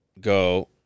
Go